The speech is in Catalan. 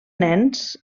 nens